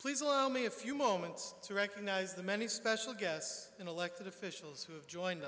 please allow me a few moments to recognize the many special guess elected officials who have joined